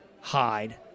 hide